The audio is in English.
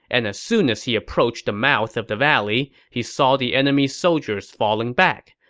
and as soon as he approached the mouth of the valley, he saw the enemy soldiers falling back.